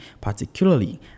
particularly